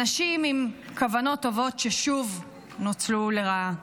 אנשים עם כוונות טובות ששוב נוצלו לרעה,